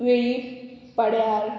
वेळी पाड्यार